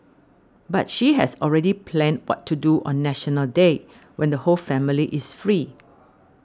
but she has already planned what to do on National Day when the whole family is free